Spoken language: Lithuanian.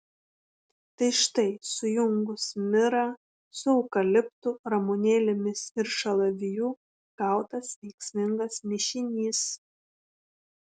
tai štai sujungus mirą su eukaliptu ramunėlėmis ir šalaviju gautas veiksmingas mišinys